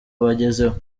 bagezeho